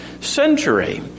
century